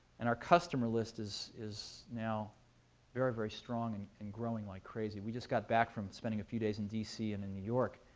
and our customer list is is now very, very strong and and growing like crazy. we just got back from spending a few days in dc and in new york.